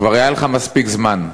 כבר היה לך מספיק זמן.